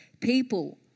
People